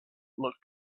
looked